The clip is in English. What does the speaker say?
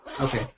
Okay